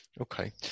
okay